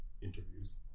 interviews